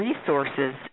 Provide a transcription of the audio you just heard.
resources